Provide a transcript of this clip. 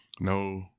no